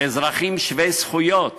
אזרחים שווי זכויות,